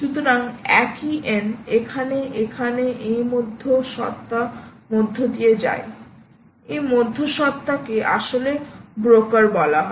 সুতরাং একই n এখন এখানে এই মধ্য সত্ত্বা মধ্যে দিয়ে যায় এই মধ্য সত্ত্বা কে আসলে ব্রোকার বলা হয়